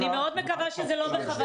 אני מאוד מקווה שזה לא בכוונה.